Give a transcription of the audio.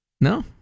No